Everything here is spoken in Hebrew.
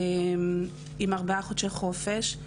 עם ארבעה חודשי חופש.